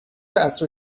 عصر